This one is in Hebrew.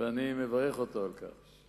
ואני מברך אותו על כך.